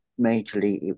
majorly